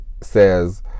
says